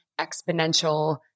exponential